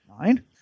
Nine